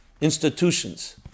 institutions